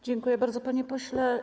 Dziękuję bardzo, panie pośle.